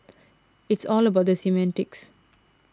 it's all about the semantics